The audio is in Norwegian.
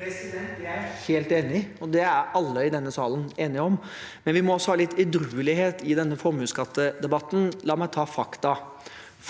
Det er jeg helt enig i, og det er alle i denne salen enige om, men vi må også ha litt edruelighet i denne formuesskattedebatten. La meg ta fakta: